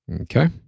Okay